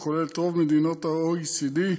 כולל רוב מדינות ה-OECD.